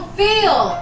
feel